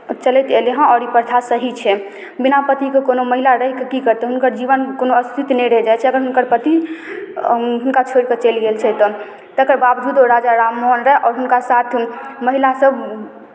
चलैत एलैए आओर ई प्रथा सही छै बिना पतिके कोनो महिला रहि कऽ की करतै हुनकर जीवनके कोनो अस्तित्व नहि रहि जाइ छै अगर हुनकर पति हुनका छोड़ि कऽ चलि गेल छै तऽ तकर बावजूदो राजा राम मोहन राय आओर हुनका साथ महिलासभ